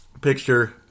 picture